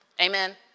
amen